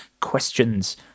questions